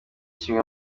kimwe